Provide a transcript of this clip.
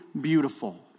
beautiful